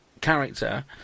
character